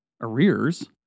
arrears